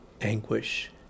anguish